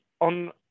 on